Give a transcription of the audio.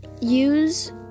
use